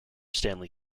stanley